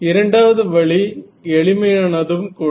இரண்டாவது வழி எளிமையானதும் கூட